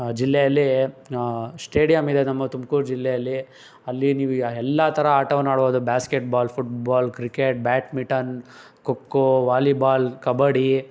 ಜಿಲ್ಲೆಯಲ್ಲಿ ಶ್ಟೇಡಿಯಂ ಇದೆ ನಮ್ಮ ತುಮ್ಕೂರು ಜಿಲ್ಲೆಯಲ್ಲಿ ಅಲ್ಲಿ ನೀವು ಎಲ್ಲ ಥರ ಆಟವನ್ನ ಆಡ್ಬೌದು basketball football cricket badminton kho kho volleyball kabaddi